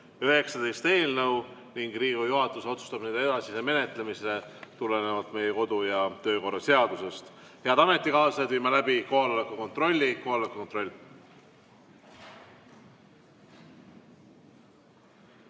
19 eelnõu ning Riigikogu juhatus otsustab nende edasise menetlemise tulenevalt meie kodu- ja töökorra seadusest. Head ametikaaslased, viime läbi kohaloleku kontrolli.